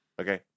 Okay